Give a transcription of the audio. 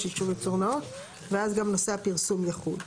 אישור ייצור נאות ואז גם נושא הפרסום יחול.